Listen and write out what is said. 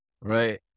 right